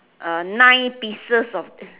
uh nine pieces of